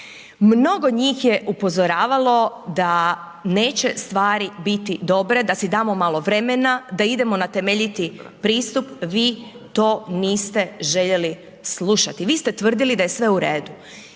Mnogo njih je upozoravalo da neće stvari biti dobre, da si damo malo vremena, da idemo na temeljiti pristup, vi to niste željeli slušati, vi ste tvrdili da je sve u redu.